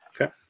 Okay